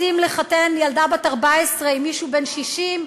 רוצים לחתן ילדה בת 14 עם מישהו בן 60?